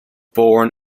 born